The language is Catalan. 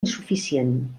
insuficient